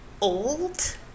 old